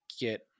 get